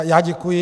Já děkuji.